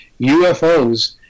UFOs